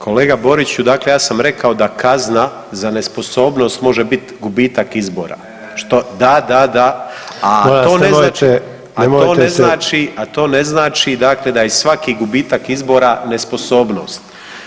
Kolega Boriću, dakle ja sam rekao da kazna za nesposobnost može bit gubitak izbora, što [[Upadica: Ne, ne, ne]] Da, da, da, a to ne znači [[Upadica: Molim vas nemojte, nemojte se]] a to ne znači, a to ne znači dakle da je svaki gubitak izbora nesposobnost.